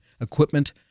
equipment